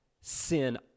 Sin